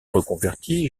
reconverti